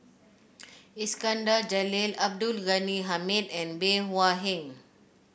Iskandar Jalil Abdul Ghani Hamid and Bey Hua Heng